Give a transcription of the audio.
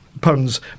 puns